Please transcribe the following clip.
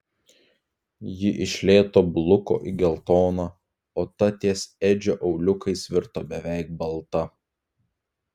ji iš lėto bluko į geltoną o ta ties edžio auliukais virto beveik balta